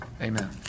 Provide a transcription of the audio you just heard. Amen